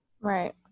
Right